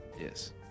Yes